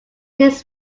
his